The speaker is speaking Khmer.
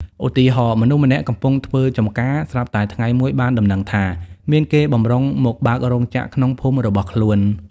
ឧទាហរណ៍ៈ មនុស្សម្នាក់កំពុងធ្វើចម្ការ ស្រាប់តែថ្ងៃមួយបានដំណឹងថា មានគេបម្រុងមកបើករោងចក្រក្នុងភូមិរបស់ខ្លួន ។